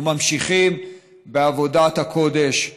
וממשיכים בעבודת הקודש.